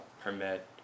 permit